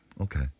Okay